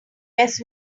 west